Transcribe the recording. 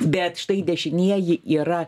bet štai dešinieji yra